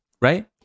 right